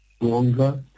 longer